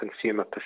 consumer